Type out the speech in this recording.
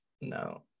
No